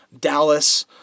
Dallas